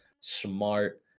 smart